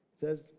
says